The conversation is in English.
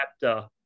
chapter